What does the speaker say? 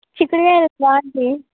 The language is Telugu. చిక్కుడుకాయలు స్మాల్ది